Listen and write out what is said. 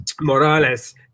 Morales